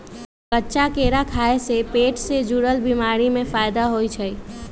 कच्चा केरा खाय से पेट से जुरल बीमारी में फायदा होई छई